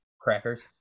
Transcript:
crackers